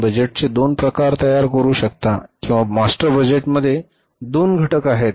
आपण बजेटचे दोन प्रकार तयार करू शकता किंवा मास्टर बजेटमध्ये दोन घटक आहेत